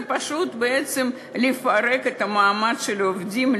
זה פשוט לפרק בעצם את המעמד של העובדים,